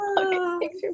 Okay